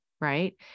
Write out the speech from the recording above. Right